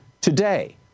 today